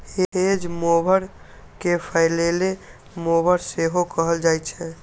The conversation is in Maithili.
हेज मोवर कें फलैले मोवर सेहो कहल जाइ छै